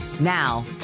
Now